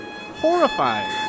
Horrifying